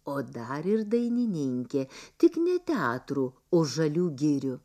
o dar ir dainininkė tik ne teatrų o žalių girių